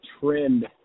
trend